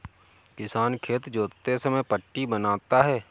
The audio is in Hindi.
किसान खेत जोतते समय पट्टी बनाता है